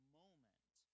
moment